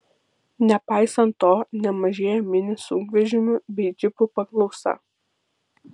nepaisant to nemažėja mini sunkvežimių bei džipų paklausa